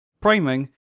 priming